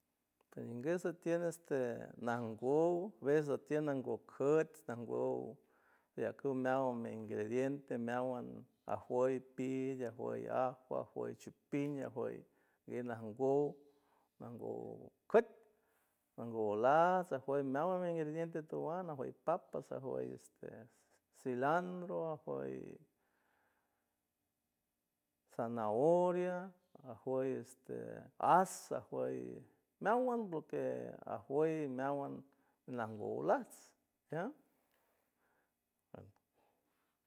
A veces tiene este nangout veces tiene nangocuts nangou meacut meaguan ingredientes meaguan ajiow pill ajiow aya ajiow de chipil ajiow guieu nangou keit nangout las ajues meaguant ingrediente toguana ajioe papas ajiow este cilantro ajiow zanahoria ajiow este pasas meaguant lute ajiow meaguant nango last nea